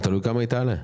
תלוי כמה היא תעלה.